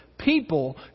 people